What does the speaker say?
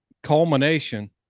culmination